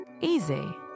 easy